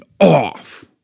off